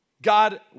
God